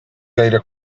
gaire